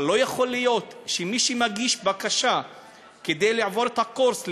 אבל לא יכול להיות שמי שמגיש בקשה לעבור את הקורס,